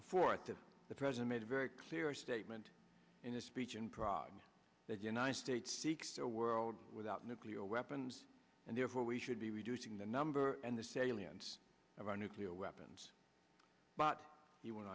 that the president made a very clear statement in a speech in prague that united states seeks a world without nuclear weapons and therefore we should be reducing the number and the salient of our nuclear weapons but he went